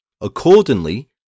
Accordingly